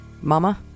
Mama